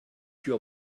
your